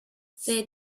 they